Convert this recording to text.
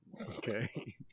okay